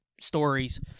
stories